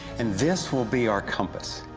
and this will be our compass.